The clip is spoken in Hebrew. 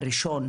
הראשון,